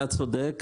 אתה צודק,